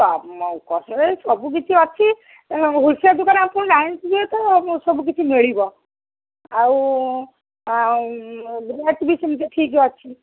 ପ୍ରଥମେ ସବୁ କିିଛି ଅଛି ହୋଲ୍ସେଲ୍ ଦୋକାନ ଆପଣ କ'ଣ ସବୁ କିିଛି ମିଳିବ ଆଉ ରେଟ୍ବି ସେମିତି ଠିକ୍ ଅଛି